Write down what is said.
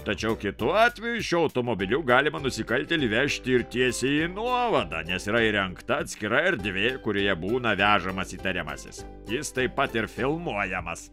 tačiau kitu atveju šiuo automobiliu galima nusikaltėlį vežti ir tiesiai į nuovadą nes yra įrengta atskira erdvė kurioje būna vežamas įtariamasis jis taip pat ir filmuojamas